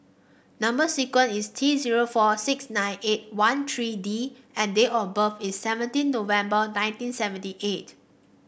number sequence is T zero four six nine eight one three D and date of birth is seventeen November nineteen seventy eight